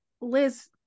Liz